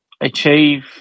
Achieve